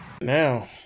now